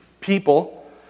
people